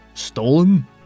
stolen